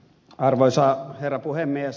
arvoisa herra puhemies